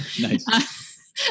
Nice